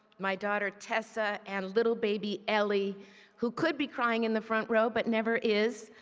my daughter tessa, and little baby ellie who could be crying in the front bow but never is.